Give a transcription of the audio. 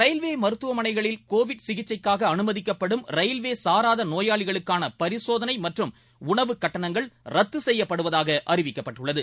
railway மருத்துவமனைகளில் Covid சிகிச்சைக்காக அனுமதிக்கப்படும் ரயில்வே சாராத நோயாளிகளுக்கான பரிசோதனை செய்யப்படுவதாக அறிவிக்கப்பட்டுள்ளது